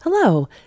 Hello